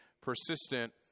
persistent